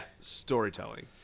storytelling